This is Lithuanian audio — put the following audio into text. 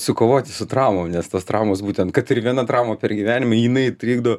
sukovoti su traumom nes tos traumos būtent kad ir viena trauma per gyvenimą jinai trikdo